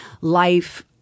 life